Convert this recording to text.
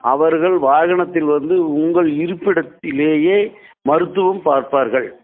அவர்கள் வாகனத்தில் வந்து உங்கள் இருப்பிடத்திலேயே மருத்துவம் பார்ப்பார்கள்